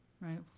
right